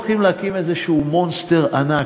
אני חושב שאנחנו לא הולכים להקים איזה "מונסטר" ענק,